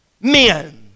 men